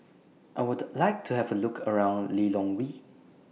I Would like to Have A Look around Lilongwe